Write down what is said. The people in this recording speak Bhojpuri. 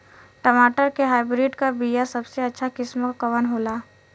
टमाटर के हाइब्रिड क बीया सबसे अच्छा किस्म कवन होला?